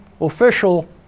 official